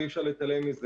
ואי-אפשר להתעלם מזה,